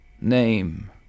name